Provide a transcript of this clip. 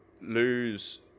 lose